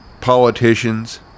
politicians